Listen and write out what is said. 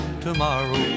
tomorrow